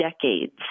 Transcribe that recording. Decades